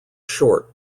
short